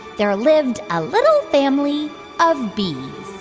there lived a little family of bees.